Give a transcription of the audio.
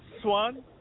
Swan